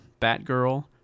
Batgirl